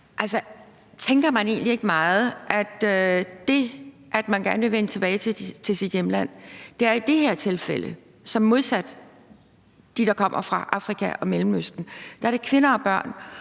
Altså, tænker man egentlig ikke meget, at det, at de gerne vil vende tilbage til deres hjemland, i det her tilfælde så er modsat dem, der kommer fra Afrika og Mellemøsten? Det er kvinder og børn,